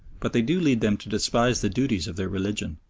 but they do lead them to despise the duties of their religion,